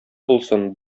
булсын